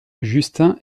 justin